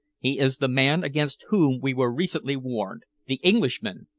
he is the man against whom we were recently warned the englishman!